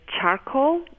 charcoal